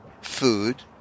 Food